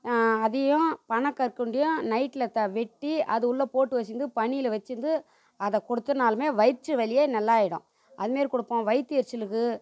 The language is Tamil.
அதையும் பனக்கற்கண்டையும் நைட்டில் த வெட்டி அது உள்ளே போட்டு வச்சிருந்து பனியில் வச்சிருந்து அதை கொடுத்தனாலுமே வயிற்று வலியே நல்லாயிடும் அது மாரி கொடுப்போம் வயிற்று எரிச்சலுக்கு